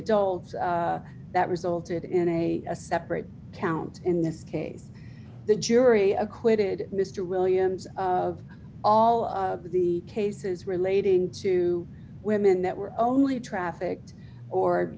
adults that resulted in a separate count in this case the jury acquitted mr williams of all of the cases relating to women that were only traffic